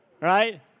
Right